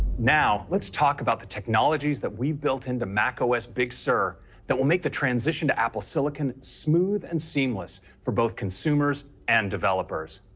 now let's talk about the technologies that we've built into macos big sur that will make the transition to apple silicon smooth and seamless for both consumers and developers.